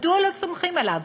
מדוע לא סומכים עליו?